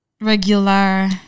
regular